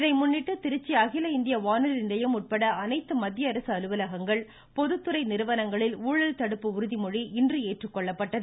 இதை முன்னிட்டு திருச்சி அகில இந்திய வானொலி நிலையம் உட்பட அனைத்து மத்திய அரசு அலுவலகங்கள் பொதுத்துறை நிறுவனங்களில் ஊழல் தடுப்பு உறுதிமொழி இன்று ஏற்றுக்கொள்ளப்பட்டது